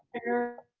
here